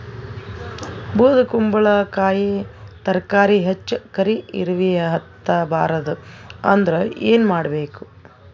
ಬೊದಕುಂಬಲಕಾಯಿ ತರಕಾರಿ ಹೆಚ್ಚ ಕರಿ ಇರವಿಹತ ಬಾರದು ಅಂದರ ಏನ ಮಾಡಬೇಕು?